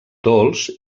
dolç